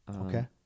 Okay